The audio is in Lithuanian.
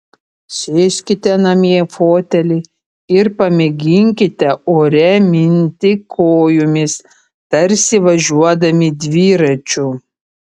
sėskite namie į fotelį ir pamėginkite ore minti kojomis tarsi važiuodami dviračiu